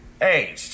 Hey